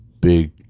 big